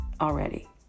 already